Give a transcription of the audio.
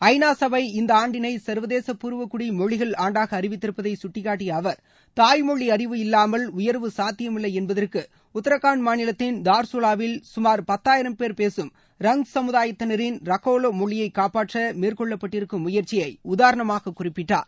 ஐநா சபை இந்த ஆண்டினை சர்வதேச பூர்வகுடி மொழிகள் ஆண்டாக அறிவித்திருப்பதை கட்டிகாட்டிய அவர் தாய்மொழி அழிவு இல்லாமல் உயர்வு சாத்தியமில்லை என்பதற்கு உத்ரகாண்ட் மாநிலத்தின் தார்சூலாவில் கமார் பத்தாயிரம் பேர் பேகம் ரங் சமுதாயத்தினரின் ரகவோ மொழியை காப்பாற்ற மேற்கொள்ளப்பட்டிருக்கும் முயற்சியை உதாரணமாக குறிப்பிட்டார்